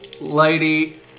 lady